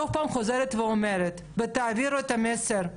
שוב פעם אני חוזרת ואומרת, ותעבירו את המסר,